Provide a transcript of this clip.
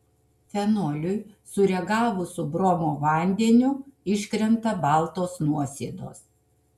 fenoliui sureagavus su bromo vandeniu iškrenta baltos nuosėdos